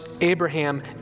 Abraham